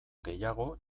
gehiago